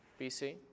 BC